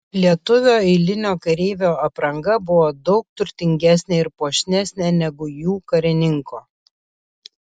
lietuvio eilinio kareivio apranga buvo daug turtingesnė ir puošnesnė negu jų karininko